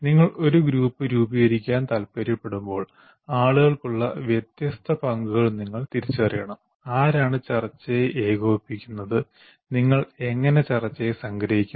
നിങ്ങൾ ഒരു ഗ്രൂപ്പ് രൂപീകരിക്കാൻ താൽപ്പര്യപ്പെടുമ്പോൾ ആളുകൾക്കുള്ള വ്യത്യസ്ത പങ്കുകൾ നിങ്ങൾ തിരിച്ചറിയണം ആരാണ് ചർച്ചയെ ഏകോപിപ്പിക്കുന്നത് നിങ്ങൾ എങ്ങനെ ചർച്ചയെ സംഗ്രഹിക്കുന്നു